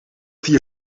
vier